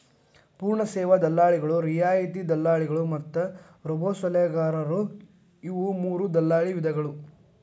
ಪೂರ್ಣ ಸೇವಾ ದಲ್ಲಾಳಿಗಳು, ರಿಯಾಯಿತಿ ದಲ್ಲಾಳಿಗಳು ಮತ್ತ ರೋಬೋಸಲಹೆಗಾರರು ಇವು ಮೂರೂ ದಲ್ಲಾಳಿ ವಿಧಗಳ